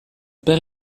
père